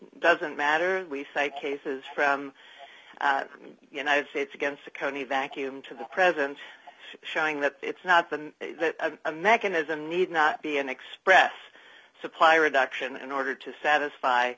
doesn't matter we say cases from the united states against a county vacuum to the president showing that it's not a mechanism need not be an express supply reduction in order to satisfy